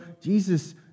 Jesus